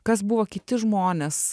kas buvo kiti žmonės